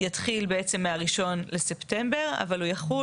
יתחיל בעצם מה-1 לספטמבר אבל הוא יחול